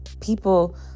people